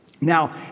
Now